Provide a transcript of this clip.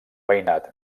veïnat